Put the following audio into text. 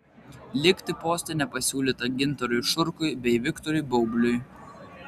likti poste nepasiūlyta gintarui šurkui bei viktorui baubliui